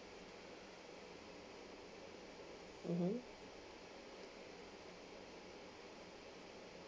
mmhmm